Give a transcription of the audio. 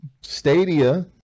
Stadia